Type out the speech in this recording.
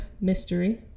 mystery